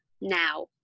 now